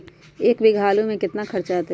एक बीघा आलू में केतना खर्चा अतै?